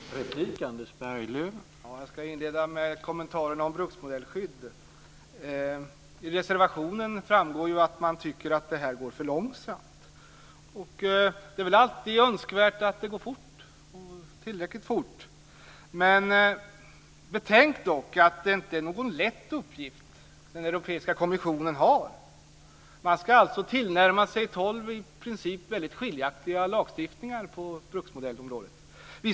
Herr talman! Jag ska inleda med några kommentarer om bruksmodellskydd. Av reservationen framgår att man tycker att det går för långsamt. Det är väl alltid önskvärt att det går tillräckligt fort. Men betänk dock att det inte är någon lätt uppgift som den europeiska kommissionen har. Man ska alltså närma tolv i princip väldigt skiljaktiga lagstiftningar på bruksmodellområdet till varandra.